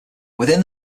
within